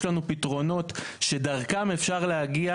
יש לנו פתרונות שדרכם אפשר להגיע,